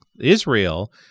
Israel